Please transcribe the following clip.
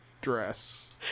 dress